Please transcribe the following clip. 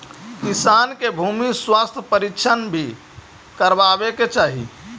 किसान के भूमि स्वास्थ्य परीक्षण भी करवावे के चाहि